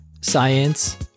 science